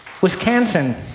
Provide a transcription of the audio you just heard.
wisconsin